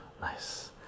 Nice